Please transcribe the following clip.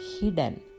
hidden